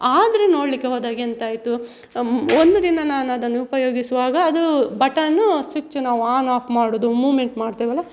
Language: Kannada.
ಆದರೆ ನೋಡಲಿಕ್ಕೆ ಹೋದಾಗ ಎಂತಾಯಿತು ಒಂದು ದಿನ ನಾನದನ್ನು ಉಪಯೋಗಿಸುವಾಗ ಅದು ಬಟನ್ ಸ್ವಿಚ್ ನಾವು ಆನ್ ಆಫ್ ಮಾಡುವುದು ಮೂಮೆಂಟ್ ಮಾಡ್ತೇವಲ್ಲ